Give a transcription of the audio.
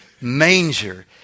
manger